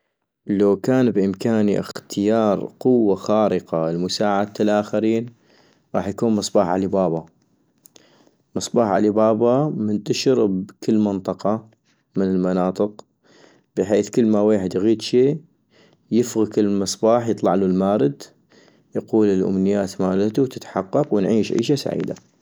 لو كان بإمكاني اختيار قوة خارقة لمساعدة الآخرين غاح يكون مصباح علي بابا ، مصباح علي بابا منتشر بكل منطقة من المناطق، بحيث كلما ويحد يغيد شي يفغك المصباح يطلعلو المارد يقول الامنيات مالتو وتتحقق ، ونعيش عيشة سعيدة